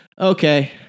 okay